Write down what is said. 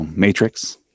Matrix